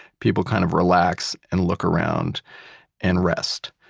people kind of relax and look around and rest.